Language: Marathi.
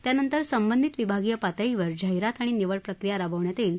त्यानंतर संबंधित विभागीय पातळीवर जाहिरात आणि निवडप्रक्रिया राबवण्यात येईल